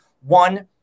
one